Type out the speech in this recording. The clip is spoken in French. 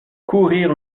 courir